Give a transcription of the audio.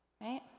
right